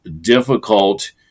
difficult